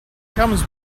comes